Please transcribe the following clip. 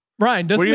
brian does yeah